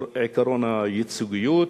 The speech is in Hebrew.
עקרון הייצוגיות,